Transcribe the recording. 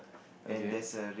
okay